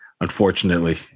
unfortunately